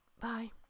Bye